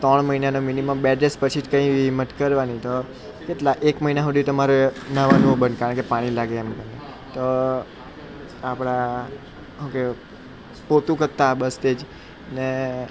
ત્રણ મહિનાનો minimum bed rest પછી જ કઈ બી હિંમત કરવાની તો કેટલા એક મહિના સુધી તો મારે નહાવાનું બંધ કારણ કે પાણી લાગે એમ તો આપણા હું કેવ પોતું કરતાં બસ એજ અને